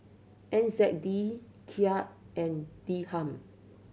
N Z D Kyat and Dirham